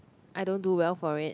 I don't do well for it